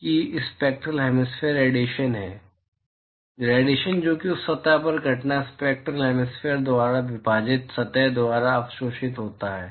कि spectral hemispherical radiation है radiation जो कि उस सतह पर घटना स्पैक्टरल हैमिस्फेरिकल द्वारा विभाजित सतह द्वारा अवशोषित होता है